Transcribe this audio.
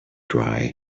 dry